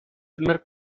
primer